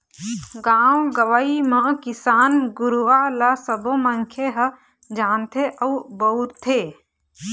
गाँव गंवई म किसान गुरूवा ल सबो मनखे ह जानथे अउ बउरथे